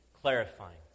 clarifying